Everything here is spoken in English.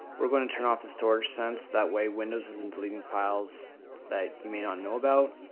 we're going to turn off the storage, since that way windows isn't deleting files that you may not know about.